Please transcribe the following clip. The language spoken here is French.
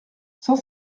cent